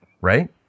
right